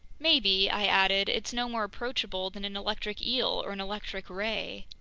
maybe, i added, it's no more approachable than an electric eel or an electric ray!